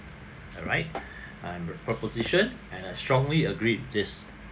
alright I'm the proposition and I strongly agree with this